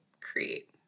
create